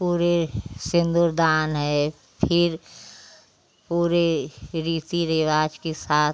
पूरे सिंदूर दान है फिर पूरे रीति रिवाज के साथ